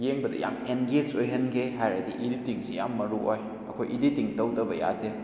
ꯌꯦꯡꯕꯗ ꯌꯥꯝ ꯑꯦꯟꯒꯦꯁ ꯑꯣꯏꯍꯟꯒꯦ ꯍꯥꯏꯔꯗꯤ ꯏꯗꯤꯇꯤꯡꯁꯤ ꯌꯥꯝ ꯃꯔꯨ ꯑꯣꯏ ꯑꯩꯈꯣꯏ ꯏꯗꯤꯇꯤꯡ ꯇꯧꯗꯕ ꯌꯥꯗꯦ